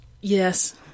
Yes